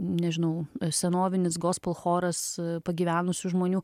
nežinau senovinis gospel choras pagyvenusių žmonių